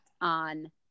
on